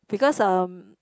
because um